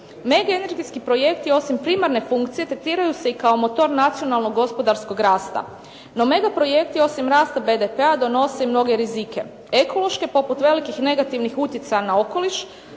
Medienergetski projekti osim primarne funkcije tretiraju se i kao motor nacionalno-gospodarskog rast. No megaprojekti osim rasta BDP-a donose i mnoge rizike, ekološke poput velikih negativnih utjecaja na okoliš